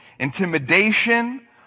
Intimidation